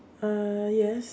uh yes